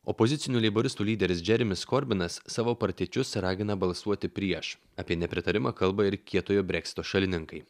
opozicinių leiboristų lyderis džeremis korbinas savo partiečius ragina balsuoti prieš apie nepritarimą kalbai ir kietojo breksito šalininkai